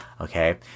okay